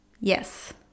Yes